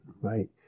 right